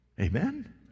Amen